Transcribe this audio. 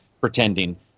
pretending